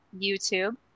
YouTube